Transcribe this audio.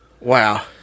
Wow